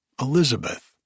Elizabeth